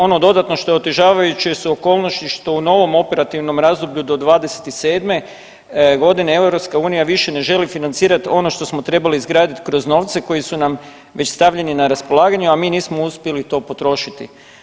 Ono dodatno što je otežavajuće su okolnosti što u novom operativnom razdoblju do '27. godine EU više ne želi financirati ono što smo trebali izgraditi kroz novce koji su nam već stavljeni na raspolaganje, a mi nismo uspjeli to potrošiti.